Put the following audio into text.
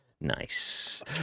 Nice